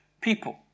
people